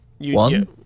One